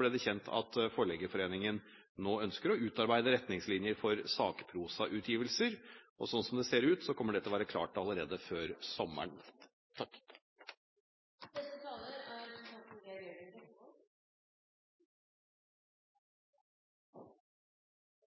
ble det kjent at Forleggerforeningen nå ønsker å utarbeide retningslinjer for sakprosautgivelser. Og slik det ser ut, kommer det til å være klart allerede før sommeren. Jeg er glad for at det er